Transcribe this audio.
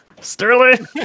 Sterling